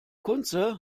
kunze